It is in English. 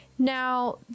Now